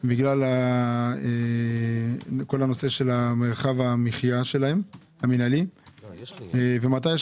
בגלל הנושא של מרחב המחיה שלהם המינהלי ומתי אמורים להשתחרר?